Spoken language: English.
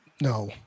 no